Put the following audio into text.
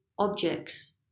objects